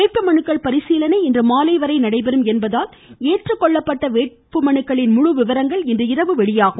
வேட்புமனுக்கள் பரிசீலனை இன்று மாலை வரை நடைபெறும் என்பதால் ஏற்றுக்கொள்ளப்பட்ட வேட்புமனுக்களின் விபரங்கள் இன்று இரவு வெளியாகும்